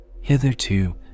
Hitherto